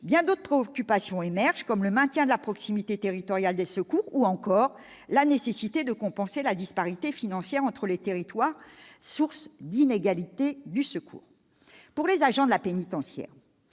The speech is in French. bien d'autres préoccupations s'y font jour, comme le maintien de la proximité territoriale des secours ou encore la nécessité de compenser la disparité financière entre les territoires, source d'inégalité dans le secours. Pour les agents de l'administration